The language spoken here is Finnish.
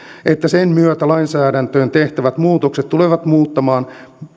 että sen myötä lainsäädäntöön tehtävät muutokset tulevat muuttamaan